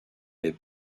est